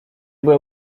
byłem